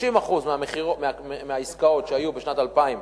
30% מהעסקאות שהיו בשנת 2009